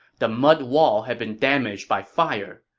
the mud wall had been damaged by fire.